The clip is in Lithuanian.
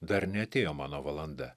dar neatėjo mano valanda